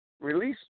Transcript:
release